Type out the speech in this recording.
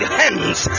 hands